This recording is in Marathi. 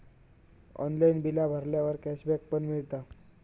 ऑनलाइन बिला भरल्यावर कॅशबॅक पण मिळता